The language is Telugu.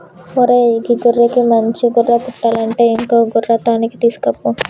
ఓరై గీ గొర్రెకి మంచి గొర్రె పుట్టలంటే ఇంకో గొర్రె తాన్కి తీసుకుపో